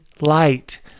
light